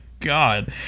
God